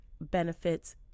benefits